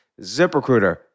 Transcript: ZipRecruiter